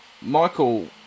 Michael